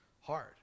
hard